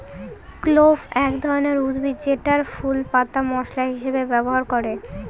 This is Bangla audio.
ক্লোভ এক ধরনের উদ্ভিদ যেটার ফুল, পাতা মশলা হিসেবে ব্যবহার করে